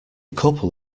couple